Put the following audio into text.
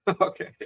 Okay